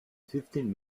fifteen